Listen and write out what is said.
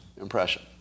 impression